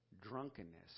drunkenness